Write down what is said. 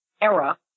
era